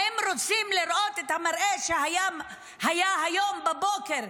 האם רוצים לראות את המראה שהיה היום בבוקר,